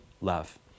love